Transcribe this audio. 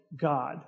God